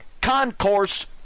concourse